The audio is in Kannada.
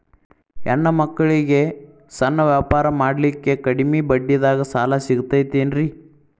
ಹೆಣ್ಣ ಮಕ್ಕಳಿಗೆ ಸಣ್ಣ ವ್ಯಾಪಾರ ಮಾಡ್ಲಿಕ್ಕೆ ಕಡಿಮಿ ಬಡ್ಡಿದಾಗ ಸಾಲ ಸಿಗತೈತೇನ್ರಿ?